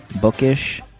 bookish